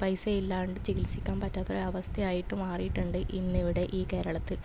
പൈസയില്ലാണ്ട് ചികിത്സിക്കാൻ പറ്റാത്തൊരവസ്ഥയായിട്ട് മാറീട്ടുണ്ട് ഇന്നിവിടെ ഈ കേരളത്തിൽ